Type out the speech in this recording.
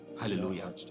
Hallelujah